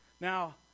Now